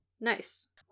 Nice